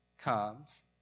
comes